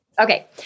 Okay